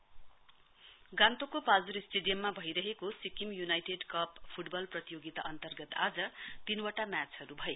football गान्तोकको पाल्जोर स्टेडियममा भइरहेको सिक्किम युनाइटेड कप फुटबल प्रतियोगिता अन्तर्गत आज तीनवटा म्याचहरू भए